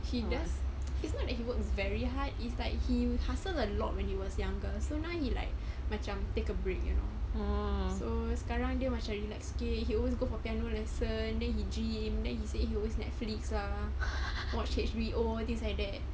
he does he's not that he works very hard it's like him hustle a lot when he was younger so now he like macam take a break you know so sekarang dia macam relax sikit he always go for piano lesson then he gym then he say you always netflix ah watch H_B_O things like that